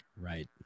Right